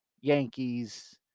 Yankees